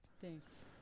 Thanks